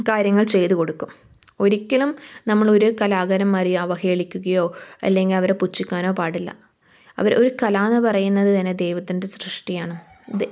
കാര്യങ്ങൾ ചെയ്ത് കൊടുക്കും ഒരിക്കലും നമ്മളൊര് കലാകാരന്മാരെ അവഹേളിക്കുകയോ അല്ലെങ്കിൽ അവരെ പുച്ഛിക്കാനോ പാടില്ല അവർ ഒരു കലാന്ന് പറയുന്നത് തന്നെ ദൈവത്തിൻ്റെ സൃഷ്ടിയാണ് ദൈ